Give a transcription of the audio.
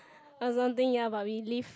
I don't think ya but we live